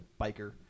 biker